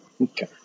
Okay